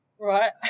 Right